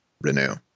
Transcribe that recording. renew